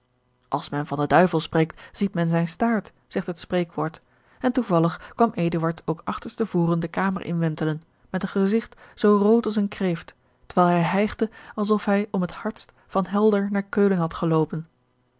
als men van den duivel spreekt ziet men zijn staart zegt het spreekwoord en toevallig kwam eduard ook achterstevoren de kamer in wentelen met een gezigt zoo rood als een kreeft terwijl hij hijgde als of hij om het hardst van helder naar keulen had geloopen